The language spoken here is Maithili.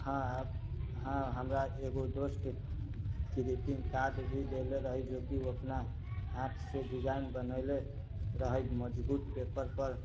हँ हँ हमरा एगो दोस्त ग्रीटिंग कार्ड भी दैले रहै जोकि ओ अपना हाथसँ डिजाइन बनयले रहै मजबूत पेपरपर